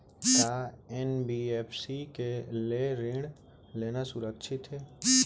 का एन.बी.एफ.सी ले ऋण लेना सुरक्षित हे?